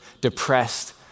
depressed